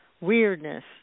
weirdness